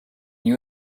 you